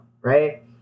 right